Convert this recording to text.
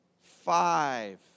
five